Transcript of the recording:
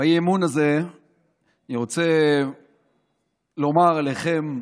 באי-אמון הזה אני רוצה לומר לכם,